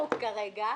כרגע.